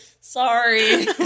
sorry